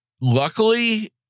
Luckily